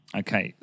okay